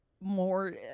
more